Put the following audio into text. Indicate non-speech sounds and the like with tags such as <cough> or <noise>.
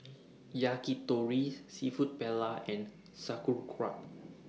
<noise> Yakitori Seafood Paella and Sauerkraut